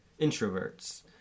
introverts